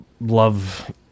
love